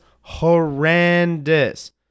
horrendous